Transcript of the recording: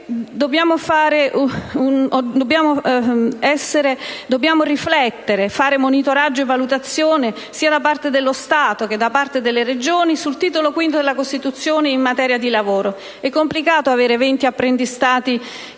debba riflettere, monitorare e valutare, sia da parte dello Stato che da parte delle Regioni, il Titolo V della Costituzione in materia di lavoro. È complicato avere 20 forme di apprendistato